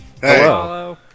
Hello